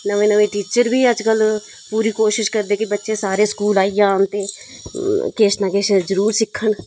नमें नमें टीचर बी अजकल्ल पूरी कोशश करदे कि बच्चे सारे स्कूल आई जान किश नां किश जरूर सिक्खन